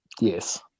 Yes